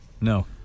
No